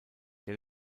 der